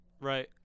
Right